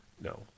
no